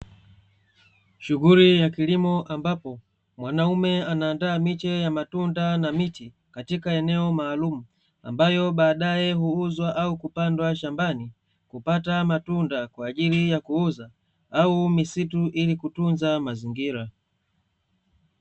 Shughuli ya kilimo ambapo mwanaume anaandaa miche ya matunda na miti katika eneo maalumu, ambayo baadae huuzwa au kupandwa shambani kupata matunda kwa ajili ya kuuza au misitu, ili kutunza mazingira.